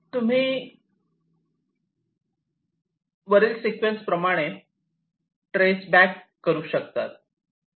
तुम्ही प्रकारच्या सिक्वेन्स वरील प्रमाणे ट्रेस बॅक करू शकतात